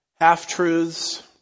half-truths